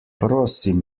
prosim